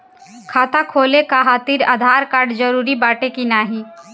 खाता खोले काहतिर आधार कार्ड जरूरी बाटे कि नाहीं?